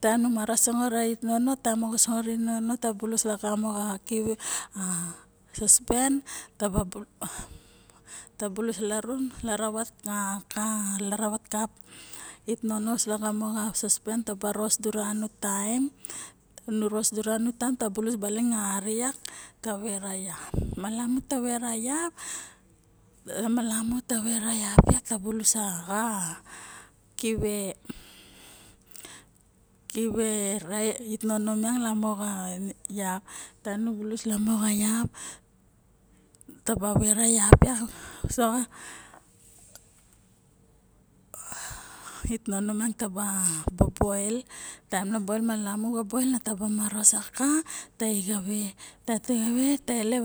Taem nu mara sangot a ait nono ta bulus lagamo xa kive o xa sopen taba bulus laruno laravat kap a ait nono uso lagamo xa sopen taba ros dura nu taem bu bulus balin ari vak okay nu sa vera vap malamu nu sa bulus oxa a sopen lamo yap taem nu bulus lamo va vap taba suo a yap karen nu bulu lama maros ta ixave ta elep